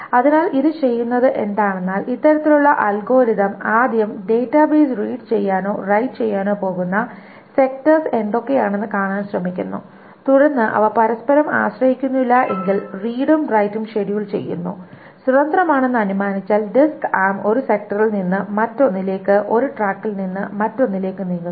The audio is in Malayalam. അതിനാൽ ഇത് ചെയ്യുന്നത് എന്താണെന്നാൽ ഇത്തരത്തിലുള്ള അൽഗോരിതം ആദ്യം ഡാറ്റാബേസ് റീഡ് ചെയ്യാനോ റൈറ്റ് ചെയ്യാനോ പോകുന്ന സെക്ടേഴ്സ് എന്തൊക്കെയാണെന്ന് കാണാൻ ശ്രമിക്കുന്നു തുടർന്ന് അവ പരസ്പരം ആശ്രയിക്കുന്നില്ലെങ്കിൽ റീഡും റൈറ്റും ഷെഡ്യൂൾ ചെയ്യുന്നു സ്വതന്ത്രമാണെന്ന് അനുമാനിച്ചാൽ ഡിസ്ക് ആം ഒരു സെക്ടറിൽ നിന്ന് മറ്റൊന്നിലേക്ക് ഒരു ട്രാക്കിൽ നിന്ന് മറ്റൊന്നിലേക്ക് നീങ്ങുന്നു